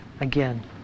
again